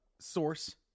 source